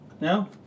No